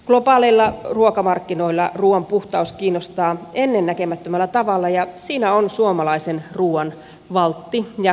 globaaleilla ruokamarkkinoilla ruuan puhtaus kiinnostaa ennennäkemättömällä tavalla ja siinä on suomalaisen ruuan valtti ja kilpailukeino